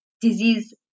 disease